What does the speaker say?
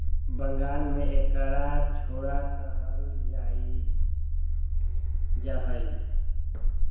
बंगाल में एकरा छोला कहल जाहई